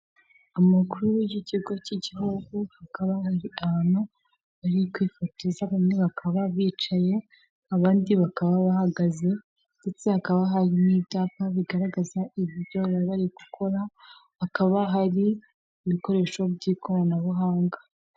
Umuntu wicaye akaba ari umu mama, akaba afite ibikoresho by'irangururamajwi imbere ye, hakaba hari n'ibindi bikoresho by'ikoranabuhanga ndetse inyuma ye hakaba hari idarapo ry'u Rwanda.